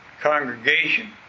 congregation